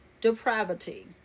depravity